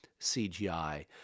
CGI